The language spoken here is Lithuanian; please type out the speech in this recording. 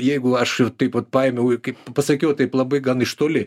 jeigu aš taip vat paėmiau kaip pasakiau taip labai gan iš toli